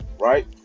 right